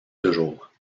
toujours